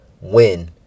win